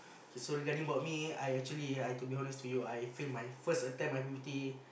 so regarding about me I actually I to be honest to you I failed my first attempt I_P_P_T